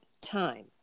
time